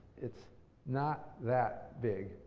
it's not that big.